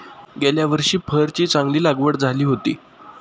गेल्या वर्षी फरची चांगली लागवड झाली होती